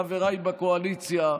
חבריי בקואליציה,